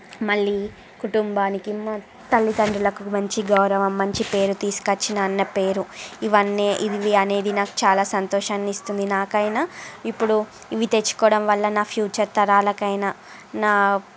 మళ్ళీ కుటుంబానికి మొ తల్లిదండ్రులకు మంచి గౌరవం మంచి పేరు తీసుకొచ్చినా అన్నపేరు ఇవన్నీ ఇవి అనేది నాకు చాలా సంతోషాన్నిస్తుంది నాకైనా ఇప్పుడు ఇవి తెచ్చుకోవడం వల్ల నా ఫ్యూచర్ తరాలకైన నా